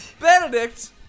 Benedict